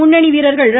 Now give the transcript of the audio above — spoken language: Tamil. முன்னனி வீரர்கள் ர